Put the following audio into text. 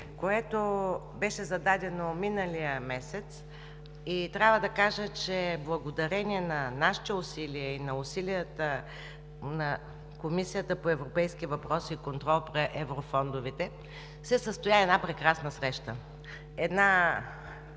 което беше зададено миналия месец, и трябва да кажа, че благодарение на нашите усилия и на усилията на Комисията по европейски въпроси и контрол на еврофондовете се състоя една прекрасна среща. Една